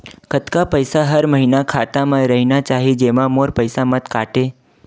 कतका पईसा हर महीना खाता मा रहिना चाही जेमा मोर पईसा मत काटे?